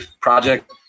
project